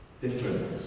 different